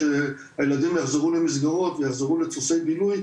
שהילדים יחזרו למסגרות ויחזרו לדפוסי בילוי,